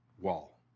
wall